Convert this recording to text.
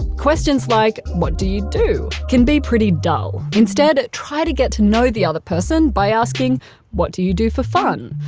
questions like what do you do? can be pretty dull. instead, try to get to know the other person by asking what do you do for fun?